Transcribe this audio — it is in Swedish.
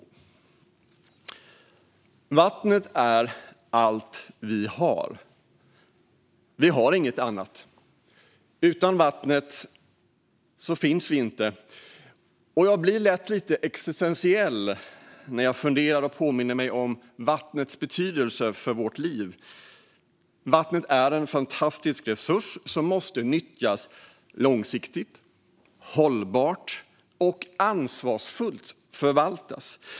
Vattnet är allt vi har; vi har inget annat. Utan vattnet finns vi inte. Jag blir lätt lite existentiell när jag funderar på och påminner mig om vattnets betydelse för vårt liv. Vattnet är en fantastisk resurs som måste nyttjas långsiktigt och hållbart och förvaltas ansvarsfullt.